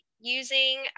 using